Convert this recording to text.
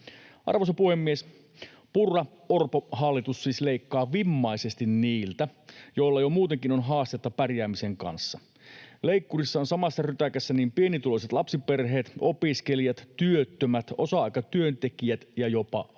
Arvoisa puhemies! Purran—Orpon hallitus siis leikkaa vimmaisesti niiltä, joilla jo muutenkin on haastetta pärjäämisen kanssa. Leikkurissa ovat samassa rytäkässä niin pienituloiset lapsiperheet, opiskelijat, työttömät, osa-aikatyöntekijät ja jopa vammaiset